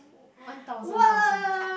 one thousand thousand